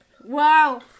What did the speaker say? Wow